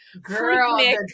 Girl